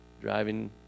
driving